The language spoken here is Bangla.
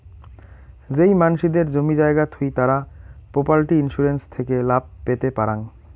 যেই মানসিদের জমি জায়গা থুই তারা প্রপার্টি ইন্সুরেন্স থেকে লাভ পেতে পারাং